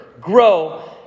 grow